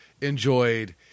enjoyed